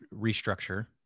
restructure